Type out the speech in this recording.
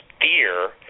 fear